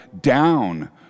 down